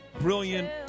brilliant